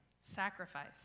sacrifice